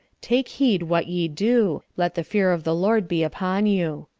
take heed what ye do let the fear of the lord be upon you.